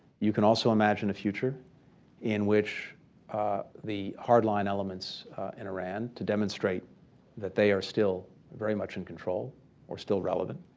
you can also imagine a future in which the hard line elements in iran, to demonstrate that they are still very much in control or still relevant,